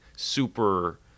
super